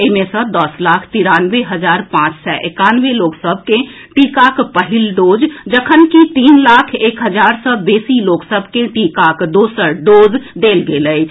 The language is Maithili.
एहि मे सँ दस लाख तिरानबे हजार पांच सय एकानवे लोक सभ के टीकाक पहिल डोज जखन कि तीन लाख एक हजार सँ बेसी लोक सभ के टीकाक दोसर डोज देल गेल अछि